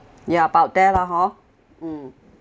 ya about there lah hor mm